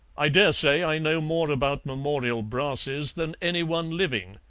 i dare say i know more about memorial brasses than anyone living,